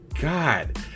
God